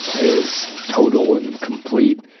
it was total and complete,